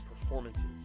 performances